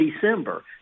December